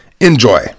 Enjoy